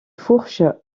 fourche